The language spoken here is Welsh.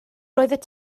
roeddet